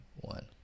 One